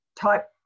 type